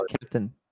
Captain